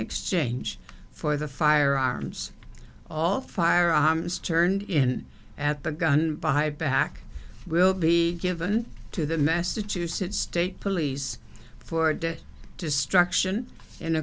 exchange for the firearms all firearms turned in at the gun buyback will be given to the massachusetts state police for the destruction in